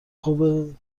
خوبه